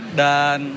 dan